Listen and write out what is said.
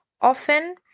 often